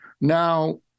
Now